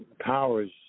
Powers